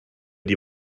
die